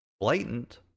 blatant